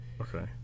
Okay